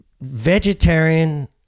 vegetarian